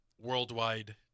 worldwide